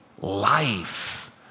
life